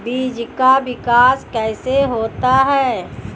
बीज का विकास कैसे होता है?